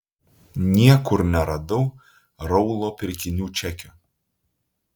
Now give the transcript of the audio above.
niekur neradau raulo pirkinių čekio